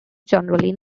generally